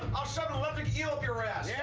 i'll shove an electric eel up your ass! yeah